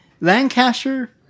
Lancashire